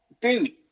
dude